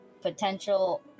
potential